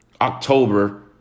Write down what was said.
October